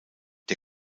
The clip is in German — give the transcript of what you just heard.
der